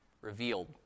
revealed